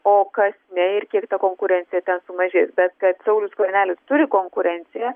o kas ne ir kiek ta konkurencija ten sumažės bet kad saulius skvernelis turi konkurenciją